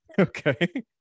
Okay